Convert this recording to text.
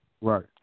Right